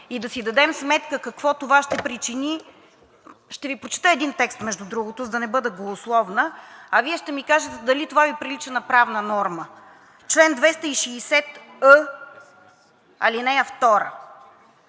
и да си дадем сметка какво това ще причини. Ще Ви прочета един текст, между другото, за да не бъда голословна, а Вие ще ми кажете дали това Ви прилича на правна норма. „Чл. 260ъ, ал. 2.